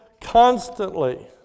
constantly